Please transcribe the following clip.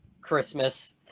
Christmas